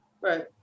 Right